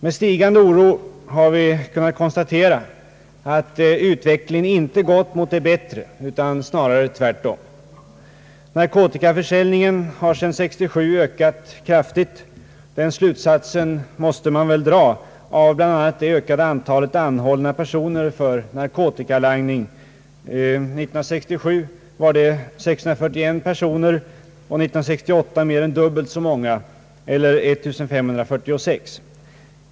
Med stigande oro har vi kunnat konstatera att utvecklingen inte gått mot det bättre utan snarare tvärtom. Narkotikaförsäljningen har sedan 1967 stigit kraftigt, den slutsatsen måste man väl dra av bl.a. det ökade antalet anhållanden för narkotikalangning. År 1967 anhölls 641 personer och 1968 mer än dubbelt så många eller 1546.